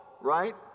right